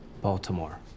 Baltimore